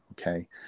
Okay